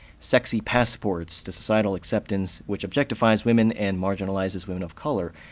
sexy passports to societal acceptance, which objectifies women and marginalizes women of color.